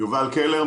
בוקר טוב.